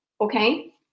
okay